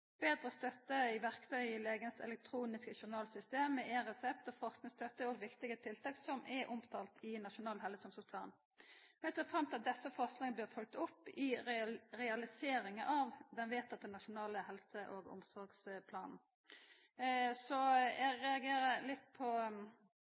i legen sitt elektroniske journalsystem med eResept og forskingsstøtte er også viktige tiltak som er omtalt i Nasjonal helse- og omsorgsplan. Eg ser fram til at desse forslaga blir følgde opp i realiseringa av vedteken Nasjonal helse- og omsorgsplan. Så